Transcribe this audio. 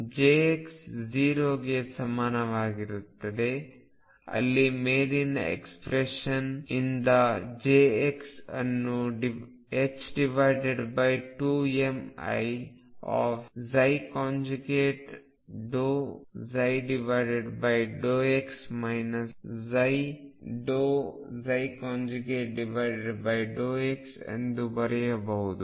ಈ jx 0ಗೆ ಸಮನಾಗಿರುತ್ತದೆ ಅಲ್ಲಿ ಮೇಲಿನ ಎಕ್ಸ್ಪ್ರೆಶನ್ ಇಂದ jx ಅನ್ನು 2mi∂ψ∂x ψ∂x ಎಂದು ಬರೆಯಬಹುದು